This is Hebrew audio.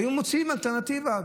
היו יכולים למצוא אלטרנטיבה.